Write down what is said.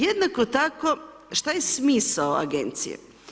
Jednako tako šta je smisao agencije?